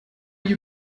you